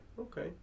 Okay